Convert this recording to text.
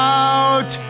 out